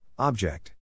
Object